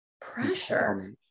pressure